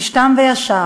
איש תם וישר,